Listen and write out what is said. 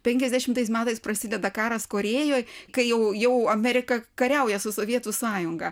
penkiasdešimtais metais prasideda karas korėjoj kai jau jau amerika kariauja su sovietų sąjunga